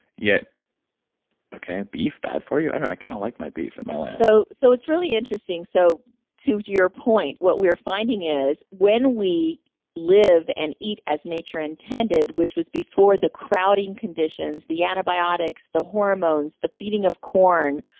yet okay, beef bad for you? i don't know, i kind of like my beef and my lamb so so it's really interesting. so to your point, what we're finding is when we live and eat as nature intended, which was before the crowding conditions, the antibiotics the hormones, the feeding of corn,